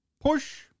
push